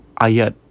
Ayat